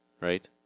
right